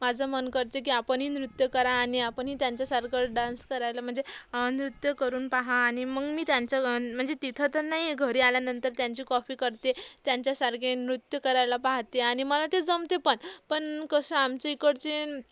माझं मन करते की आपणही नृत्य करा आणि आपणही त्यांच्यासारखं डान्स करायला म्हणजे नृत्य करून पहा आणि मग मी त्यांच्या म्हणजे तिथं तर नाही घरी आल्यानंतर त्यांची कॉफी करते त्यांच्यासारखे नृत्य करायला पाहते आणि मला ते जमते पण पण कसं आमच्या इकडचे